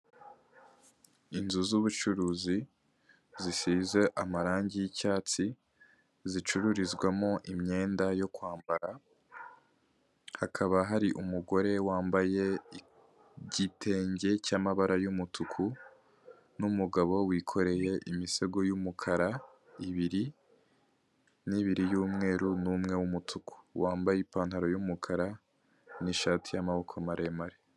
Inzu z'ubucuruzi, zisize amarangi y'icyatsi, zicururizwamo imyenda yo kwambara, hakaba hari umugore wambaye igitenge cy'amabara y'umutuku, n'umugabo wikoreye imisego y'umukara ibiri n'ibiri y'umweru n'umwe w'umutuku, wambaye ipantaro y'umukara n'ishati y'amaboko maremare.